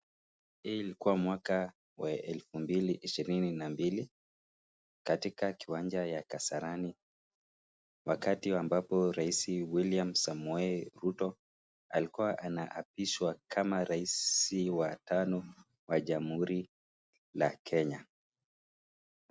Hii ilikua mwaka wa elfu mbili ishirini na mbili katika kiwanja ya Kasarani wakati ambapo rais Wiliam Samoei Ruto alikuwa anaapishwa kama rais wa tano wa jamhuri la Kenya.